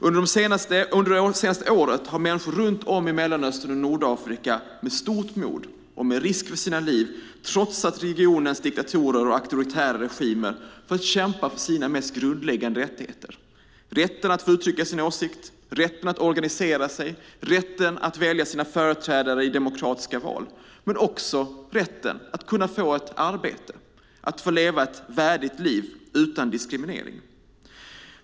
Under det senaste året har människor runt om i Mellanöstern och Nordafrika med stort mod och med risk för sina liv trotsat regionens diktatorer och auktoritära regimer för att kämpa för sina mest grundläggande rättigheter: rätten att få uttrycka sin åsikt, rätten att organisera sig, rätten att välja sina företrädare i demokratiska val och även rätten att få ett arbete och leva ett värdigt liv utan diskriminering.